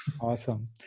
awesome